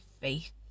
faith